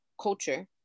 culture